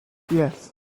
yes